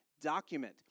document